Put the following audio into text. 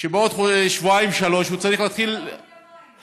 שבעוד שבועיים-שלושה הוא צריך להתחיל לרשום